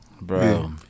bro